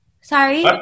Sorry